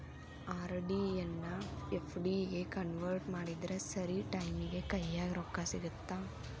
RD ಎನ್ನಾ FD ಗೆ convert ಮಾಡಿದ್ರ ಸರಿ ಟೈಮಿಗಿ ಕೈಯ್ಯಾಗ ರೊಕ್ಕಾ ಸಿಗತ್ತಾ